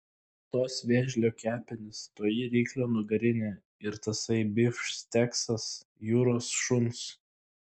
tos vėžlio kepenys toji ryklio nugarinė ir tasai bifšteksas jūros šuns